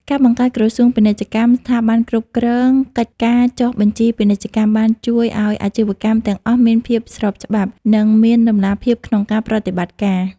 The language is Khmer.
ការបង្កើតក្រសួងពាណិជ្ជកម្មជាស្ថាប័នគ្រប់គ្រងកិច្ចការចុះបញ្ជីពាណិជ្ជកម្ម បានជួយឱ្យអាជីវកម្មទាំងអស់មានភាពស្របច្បាប់ និងមានតម្លាភាពក្នុងការប្រតិបត្តិការ។